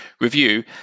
review